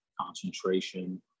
concentration